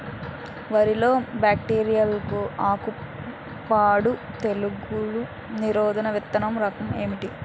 వరి లో బ్యాక్టీరియల్ ఆకు ఎండు తెగులు నిరోధక విత్తన రకం ఏంటి?